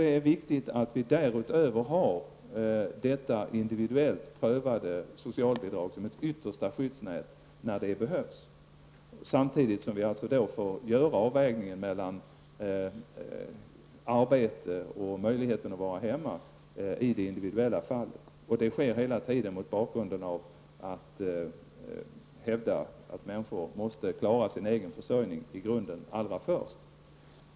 Det är viktigt att vi därutöver har detta individuellt prövade socialbidrag som ett yttersta skyddsnät när det behövs. Samtidigt får vi göra avvägningen mellan att arbeta och möjligheten att vara hemma i det individuella fallet. Detta sker hela tiden mot bakgrund av att hävda att människor i grunden allra först måste klara sin egen försörjning.